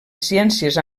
ciències